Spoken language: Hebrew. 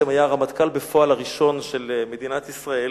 היה הרמטכ"ל בפועל הראשון של מדינת ישראל,